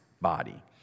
body